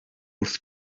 wrth